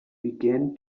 began